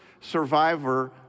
survivor